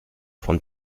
von